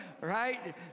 right